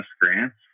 grants